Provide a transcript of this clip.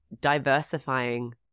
diversifying